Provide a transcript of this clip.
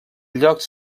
llocs